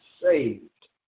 saved